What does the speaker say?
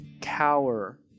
cower